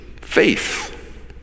faith